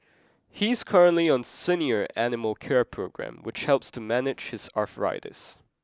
he is currently on a senior animal care programme which helps to manage his arthritis